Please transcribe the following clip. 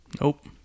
Nope